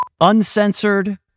Uncensored